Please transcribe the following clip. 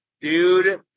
Dude